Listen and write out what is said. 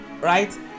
right